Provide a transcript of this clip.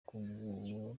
gukumira